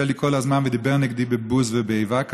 לי כל הזמן ודיבר נגדי בבוז ובאיבה כזאת.